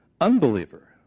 unbeliever